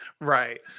Right